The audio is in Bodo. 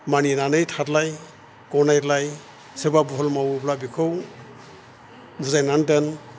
मानिनानै थादलाय गनायलाय सोरबा बुहुल मावोब्ला बेखौ बुजायनानै दोन